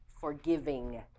forgiving